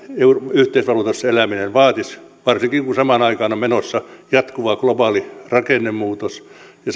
yhteisvaluutassa eläminen vaatisi varsinkin kun samaan aikaan on menossa jatkuva globaali rakennemuutos ja